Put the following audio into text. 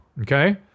Okay